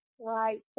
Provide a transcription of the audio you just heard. right